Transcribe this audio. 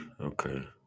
Okay